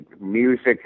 music